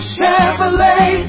Chevrolet